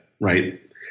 right